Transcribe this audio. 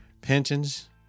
pensions